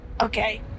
Okay